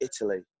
Italy